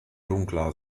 dunkler